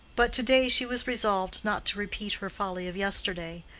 but to-day she was resolved not to repeat her folly of yesterday,